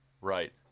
Right